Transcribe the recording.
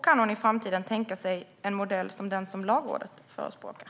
Kan hon i framtiden tänka sig en modell som den som Lagrådet förespråkar?